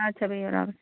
ادٕ سَہ بِہِو رۄبس حوال